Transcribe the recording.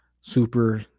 super